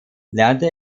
lernte